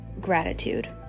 gratitude